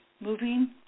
Moving